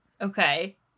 Okay